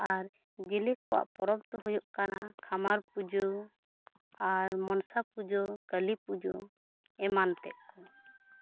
ᱟᱨ ᱡᱮᱞᱮ ᱠᱚᱣᱟᱜ ᱯᱚᱨᱚᱵᱽ ᱫᱚ ᱦᱩᱭᱩᱜ ᱠᱟᱱᱟ ᱠᱷᱟᱢᱟᱨ ᱯᱩᱡᱟᱹ ᱟᱨ ᱢᱚᱱᱥᱟ ᱯᱩᱡᱟᱹ ᱠᱟ ᱞᱤ ᱯᱩᱡᱟᱹ ᱮᱢᱟᱱ ᱛᱮᱫ ᱠᱚ